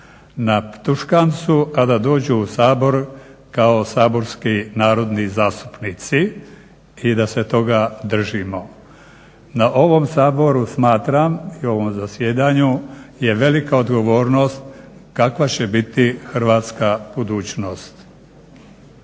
na Tuškancu, a da dođu u Sabor kao saborski narodni zastupnici i da se toga držimo. Na ovom Saboru smatram i ovom zasjedanju, je velika odgovornost kakva će biti hrvatska budućnost.